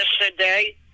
Yesterday